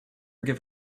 give